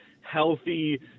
healthy